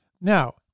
Now